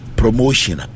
promotion